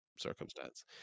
circumstance